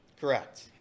Correct